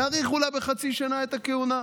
יאריכו לה בחצי שנה את הכהונה.